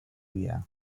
vía